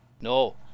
No